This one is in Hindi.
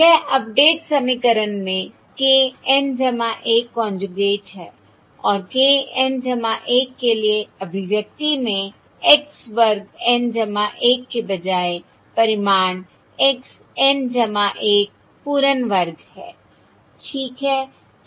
यह अपडेट समीकरण में k N 1 कोंजूगेट है और k N 1 के लिए अभिव्यक्ति में x वर्ग N 1 के बजाय परिमाण x N 1 पूर्ण वर्ग है ठीक है